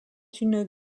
une